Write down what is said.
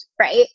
Right